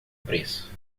preço